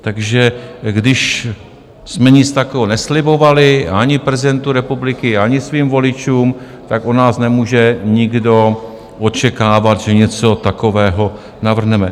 Takže když jsme nic takového neslibovali ani prezidentu republiky, ani svým voličům, tak od nás nemůže nikdo očekávat, že něco takového navrhneme.